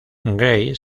grace